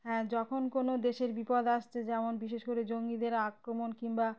হ্যাঁ যখন কোনো দেশের বিপদ আসছে যেমন বিশেষ করে জঙ্গিদের আক্রমণ কিংবা